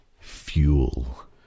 Fuel